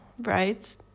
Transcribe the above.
right